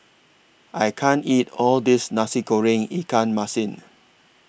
I can't eat All This Nasi Goreng Ikan Masin